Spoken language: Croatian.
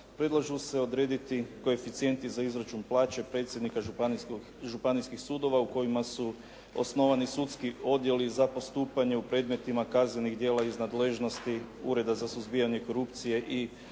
predlažu se odrediti koeficijenti za izračun plaće predsjednika županijskih sudova u kojima su osnovani sudski odjeli za postupanje u predmetima kaznenih djela iz nadležnosti Ureda za suzbijanje korupcije